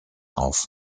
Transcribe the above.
auf